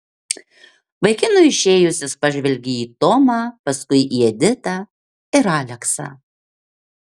vaikinui išėjus jis pažvelgė į tomą paskui į editą ir aleksą